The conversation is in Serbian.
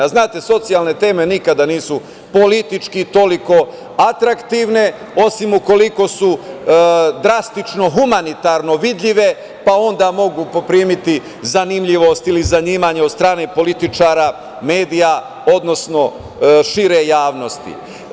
Znate, socijalne teme nikada nisu politički atraktivne, osim ukoliko su drastično humanitarno vidljive, pa onda mogu poprimiti zanimljivost ili zanimanje od strane političara, medija, odnosno šire javnosti.